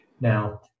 now